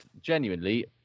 genuinely